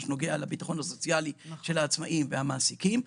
שנוגע לביטחון הסוציאלי של העצמאים והמעסיקים.